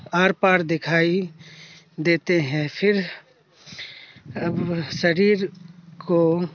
are پار دکھائی دیتے ہیں پھر اب شریر کو